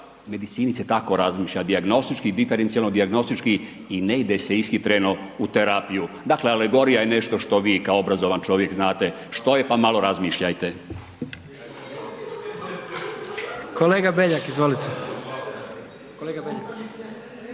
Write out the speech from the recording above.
medicini se tako razmišlja dijagnostički, diferencijalno, dijagnostički i ne ide se isti tren u terapiju, dakle alegorija je nešto što vi kao obrazovan čovjek znate što je, pa malo razmišljajte. **Jandroković, Gordan (HDZ)** Kolega Beljak,